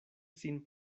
sin